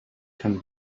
can